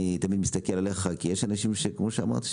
אני תמיד מסתכל עליך כי יש אנשים כמו שאמרת,